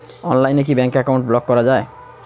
অনলাইনে কি bank account block করা য়ায়?